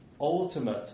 Ultimate